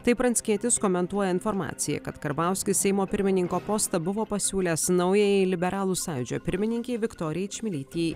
taip pranckietis komentuoja informaciją kad karbauskis seimo pirmininko postą buvo pasiūlęs naujajai liberalų sąjūdžio pirmininkei viktorijai čmilytei